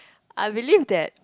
I believe that